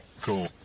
Cool